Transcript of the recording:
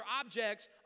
objects